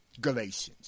Galatians